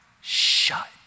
shut